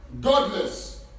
Godless